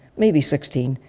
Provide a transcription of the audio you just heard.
maybe sixteen,